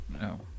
no